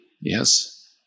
yes